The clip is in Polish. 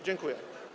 Dziękuję.